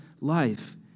life